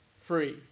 Free